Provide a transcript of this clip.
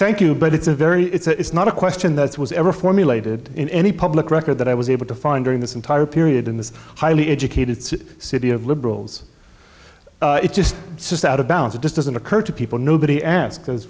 thank you but it's a very it's not a question that was ever formulated in any public record that i was able to find during this entire period in this highly educated city of liberals it just says out of balance it just doesn't occur to people nobody ask